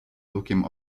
lukiem